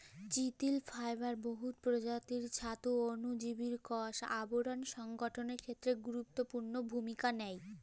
চিটিল ফাইবার বহুত পরজাতির ছাতু অ অলুজীবের কষ আবরল সংগঠলের খ্যেত্রে গুরুত্তপুর্ল ভূমিকা লেই